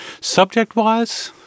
Subject-wise